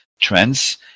trends